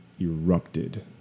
erupted